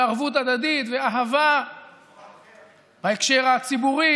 ערבות הדדית ואהבה בהקשר הציבורי,